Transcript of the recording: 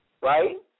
right